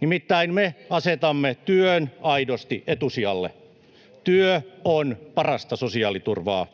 Nimittäin me asetamme työn aidosti etusijalle. Työ on parasta sosiaaliturvaa.